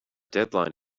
deadline